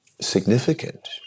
significant